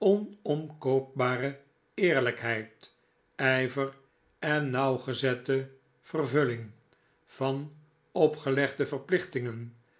onomkoopbare eerlijkheid ijver en nauwgezette vervulling van opgelegde verplichtingen